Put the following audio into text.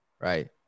right